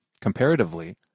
comparatively